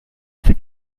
für